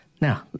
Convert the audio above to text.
Now